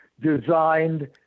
designed